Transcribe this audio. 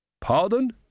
Pardon